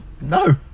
no